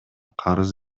карыз